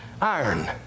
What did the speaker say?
iron